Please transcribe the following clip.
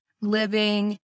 living